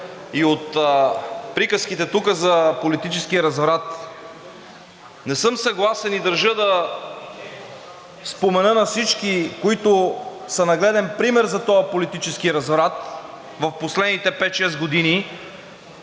и от приказките тук за политически разврат. Не съм съгласен и държа да спомена на всички, които са нагледен пример за този политически разврат, в последните пет-шест години,